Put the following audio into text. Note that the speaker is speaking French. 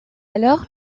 alors